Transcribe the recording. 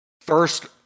first